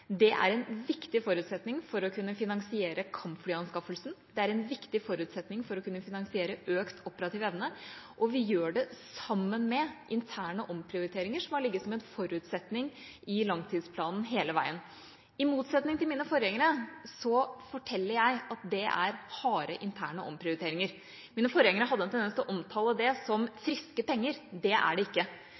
viktig forutsetning for å kunne finansiere kampflyanskaffelsen, det er en viktig forutsetning for å kunne finansiere økt operativ evne, og vi gjør det sammen med interne omprioriteringer, som har ligget som en forutsetning i langtidsplanen hele veien. I motsetning til mine forgjengere så forteller jeg at dette er harde interne omprioriteringer. Mine forgjengere hadde en tendens til å omtale dette som «friske penger». Det er det ikke.